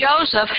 Joseph